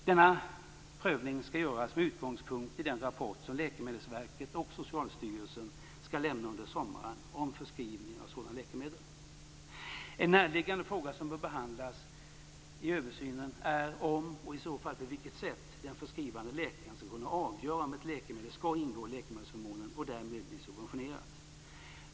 Denna prövning skall göras med utgångspunkt i den rapport som Läkemedelsverket och Socialstyrelsen skall lämna under sommaren om förskrivning av sådana läkemedel. En näraliggande fråga som också bör behandlas i översynen är om, och i så fall på vilket sätt, den förskrivande läkaren skall kunna avgöra om ett läkemedel skall ingå i läkemedelsförmånen och därmed bli subventionerat.